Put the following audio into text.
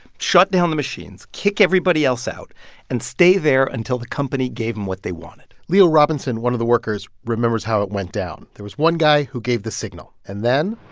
shut down the machines, kick everybody else out and stay there until the company gave them what they wanted leo robinson, one of the workers, remembers how it went down. there was one guy who gave the signal. and then.